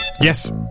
Yes